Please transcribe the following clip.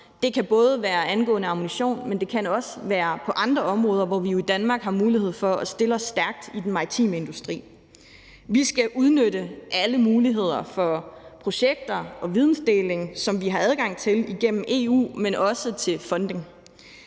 Det kan både være angående ammunition, men det kan også være på andre områder, hvor vi jo i Danmark har mulighed for at stille os stærkt i den maritime industri. Vi skal udnytte alle muligheder for projekter og vidensdeling, som vi har adgang til igennem EU, men også funding.